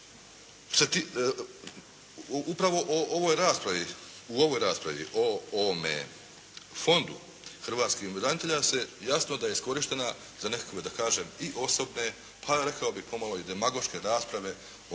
u ovoj raspravi o ovome Fondu hrvatskih branitelja se jasno da je iskorištena za nekakve da kažem i osobne, pa rekao bih pomalo i demagoške rasprave o